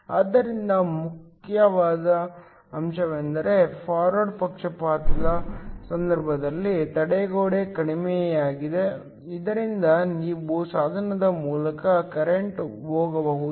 ಆದ್ದರಿಂದ ಮುಖ್ಯವಾದ ಅಂಶವೆಂದರೆ ಫಾರ್ವರ್ಡ್ ಪಕ್ಷಪಾತದ ಸಂದರ್ಭದಲ್ಲಿ ತಡೆಗೋಡೆ ಕಡಿಮೆಯಾಗಿದೆ ಇದರಿಂದ ನೀವು ಸಾಧನದ ಮೂಲಕ ಕರೆಂಟ್ ಹೋಗಬಹುದು